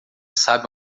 sabe